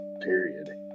period